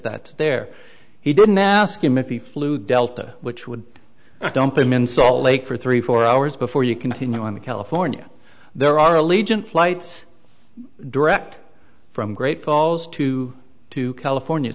that there he didn't ask him if he flew delta which would dump him in salt lake for three four hours before you continue on to california there are a legion flight direct from great falls to to california